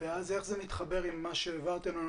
איך זה מתחבר עם מה שהעברתם לנו,